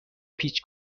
پیچ